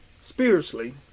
spiritually